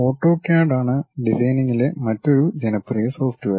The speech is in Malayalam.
ഓട്ടോക്യാഡ് ആണ് ഡിസൈനിംഗിലെ മറ്റൊരു ജനപ്രിയ സോഫ്റ്റ്വെയർ